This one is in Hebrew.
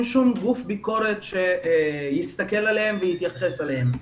שום גוף ביקורת שיסתכל עליהם ויתייחס אליהם.